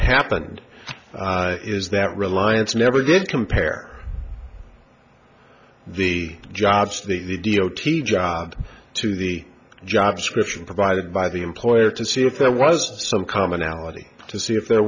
happened is that reliance never did compare the jobs the d o t job to the job scription provided by the employer to see if there was some commonality to see if there